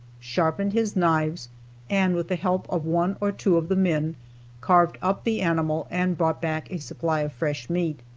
sharpened his knives and with the help of one or two of the men carved up the animal and brought back a supply of fresh meat.